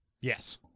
Yes